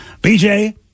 BJ